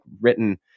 written